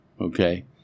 Okay